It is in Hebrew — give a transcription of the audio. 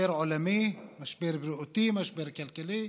משבר עולמי, משבר בריאותי, משבר כלכלי,